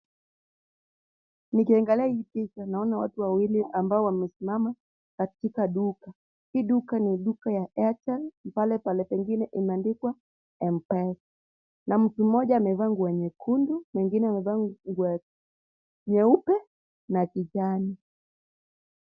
Nikiangalia hii picha naona watu wawili ambao wamesimama katika duka ,hii duka ni duka ya Airtel na pale pengine imeandikwa Mpesa ,na mtu mmoja amevaa nguo nyekundu mwingine amevaa nguo nyeupe na ya kijani.